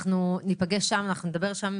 אנחנו ניפגש שם ואנחנו נדבר שם,